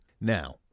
Now